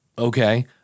Okay